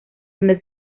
donde